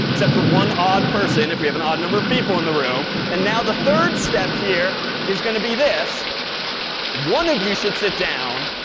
except for one odd person if we have an odd number of people in the room. and now the third step here is going to be this one of you should sit down.